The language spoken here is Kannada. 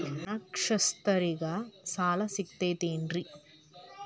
ಅನಕ್ಷರಸ್ಥರಿಗ ಸಾಲ ಸಿಗತೈತೇನ್ರಿ?